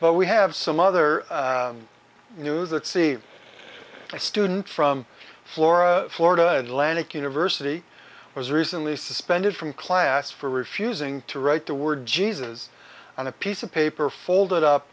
but we have some other news that c student from florida florida atlantic university was recently suspended from class for refusing to write the word jesus on a piece of paper folded up